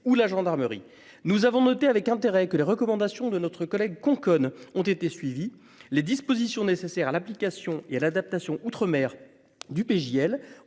ou la gendarmerie. Nous avons noté avec intérêt que les recommandations de notre collègue Conconne ont été suivis les dispositions nécessaires à l'application et à l'adaptation outre-mer du PJ.